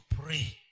pray